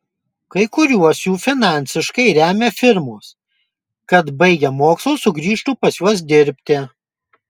kai kuriuos jų finansiškai remia firmos kad baigę mokslus sugrįžtų pas juos dirbti